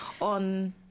on